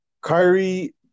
Kyrie